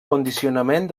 condicionament